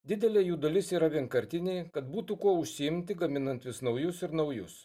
didelė jų dalis yra vienkartiniai kad būtų kuo užsiimti gaminant vis naujus ir naujus